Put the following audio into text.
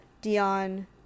Dion